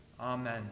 Amen